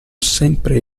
sempre